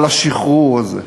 על השחרור הזה.